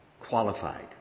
qualified